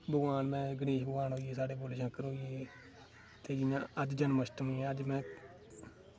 भगवान ने गणेश भगवान जि'यां साढ़े भोले शंकर होर होइये ते जि'यां अज्ज जन्माष्टमी ऐ ते अज्ज में